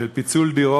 של פיצול דירות,